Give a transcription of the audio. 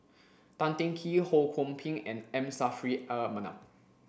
Tan Teng Kee Ho Kwon Ping and M Saffri a Manaf